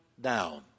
down